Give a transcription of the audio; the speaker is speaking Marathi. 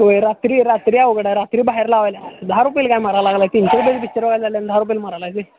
होय रात्री रात्री अवघड आहे रात्री बाहेर लावायला दहा रुपयाला काय मराय लागला तीनशे रुपयाचं पिक्चरला जायला दहा रुपयाला मरायलाय होय